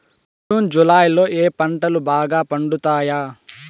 June July లో ఏ పంటలు బాగా పండుతాయా?